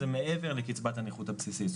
היא מעבר לקצבת הנכות הבסיסית.